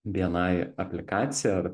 bni aplikaciją ar